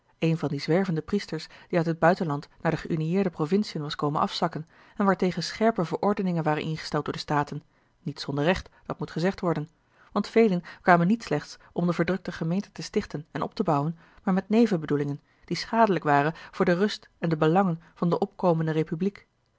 een van die zwervende priesters die uit het buitenland naar de geünieerde provinciën was komen afzakken en waartegen scherpe verordeningen waren ingesteld door de staten niet zonder recht dat moet gezegd worden want velen kwamen niet slechts om de verdrukte gemeente te stichten en op te bouwen maar met nevenbedoelingen die schadelijk waren voor de rust en de belangen van de opkomende republiek